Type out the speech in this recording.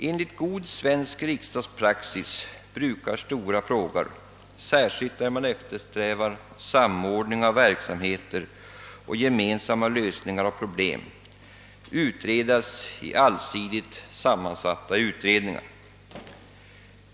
Enligt god svensk riksdagspraxis brukar stora frågor, särskilt där man eftersträvar samordning av en verksamhet och gemensamma lösningar av problemen, utredas av allsidigt sammansatta utredningar.